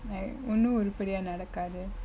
like ஒன்னு உருப்படியா நடக்காது:onnu urupadiya nadakathu